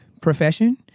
profession